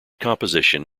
composition